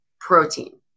protein